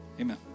Amen